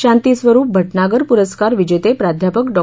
शांती स्वरुप भटनागर पुरस्कार विजेते प्राध्यापक डॉ